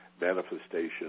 manifestation